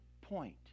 point